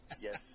Yes